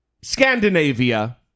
Scandinavia